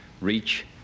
reach